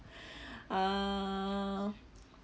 err